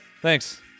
Thanks